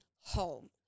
home